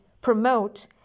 promote